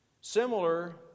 similar